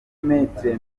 maitre